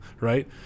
Right